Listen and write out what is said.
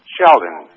Sheldon